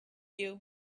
you